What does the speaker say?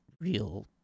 real